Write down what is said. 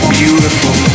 beautiful